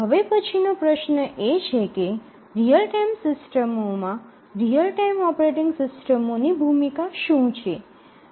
હવે પછીનો પ્રશ્ન એ છે કે રીઅલ ટાઇમ સિસ્ટમોમાં રીઅલ ટાઇમ ઓપરેટિંગ સિસ્ટમોની ભૂમિકા શું છે